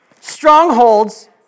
strongholds